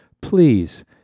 Please